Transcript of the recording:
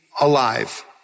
alive